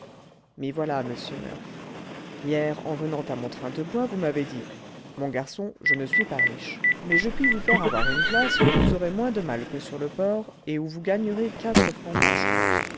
m'y voilà monsieur murph hier en venant à mon train de bois vous m'avez dit mon garçon je ne suis pas riche mais je puis vous faire avoir une place où vous aurez moins de mal que sur le port et où vous gagnerez quatre francs par jour